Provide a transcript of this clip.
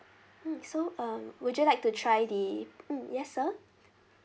mm so um would you like to try the mm yes sir